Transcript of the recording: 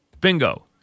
bingo